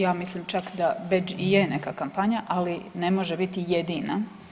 Ja mislim čak da bedž i je neka kampanja, ali ne može biti jedina.